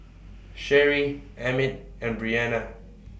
Sherie Emmit and Breana